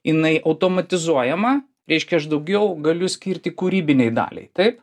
jinai automatizuojama reiškia aš daugiau galiu skirti kūrybinei daliai taip